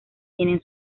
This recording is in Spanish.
tienen